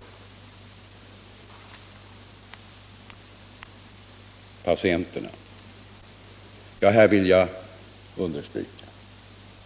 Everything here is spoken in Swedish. När det gäller patienterna vill jag understryka